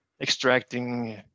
extracting